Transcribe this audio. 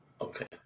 Okay